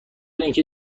اینکه